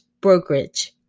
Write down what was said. brokerage